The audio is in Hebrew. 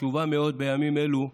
חשובה מאוד בימים אלו,